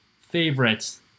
favorites